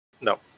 No